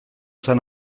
zen